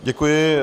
Děkuji.